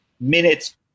minutes